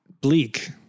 bleak